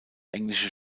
englische